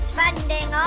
funding